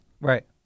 Right